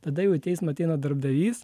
tada jau į teismą ateina darbdavys